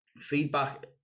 feedback